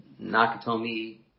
Nakatomi